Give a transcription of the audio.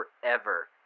forever